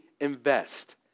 invest